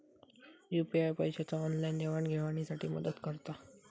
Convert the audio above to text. UPI पैशाच्या online देवाणघेवाणी साठी मदत करता